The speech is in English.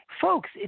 folks